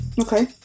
Okay